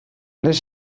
les